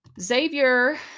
xavier